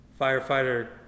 firefighter